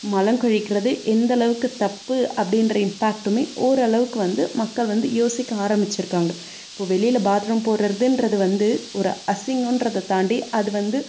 மலம் கழிக்கிறது எந்தளவுக்கு தப்பு அப்டின்ற இம்பேக்ட்டுமே ஓரளவுக்கு வந்து மக்கள் வந்து யோசிக்க ஆரம்பித்திருக்காங்க இப்போ வெளியில் பாத்ரூம் போறதுன்றது வந்து ஒரு அசிங்கம்ன்றதை தாண்டி அது வந்து